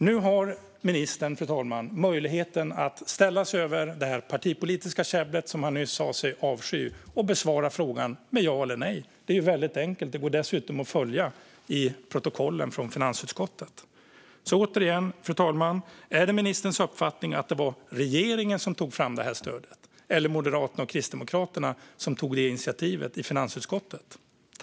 Nu har ministern möjligheten att ställa sig över det partipolitiska käbbel som han nyss sa sig avsky och besvara frågan med ja eller nej, fru talman. Det är väldigt enkelt, och det går dessutom att följa i protokollen från finansutskottet. Återigen, fru talman: Är det ministerns uppfattning att det var regeringen som tog fram det här stödet, eller var det Moderaterna och Kristdemokraterna som tog det initiativet i finansutskottet?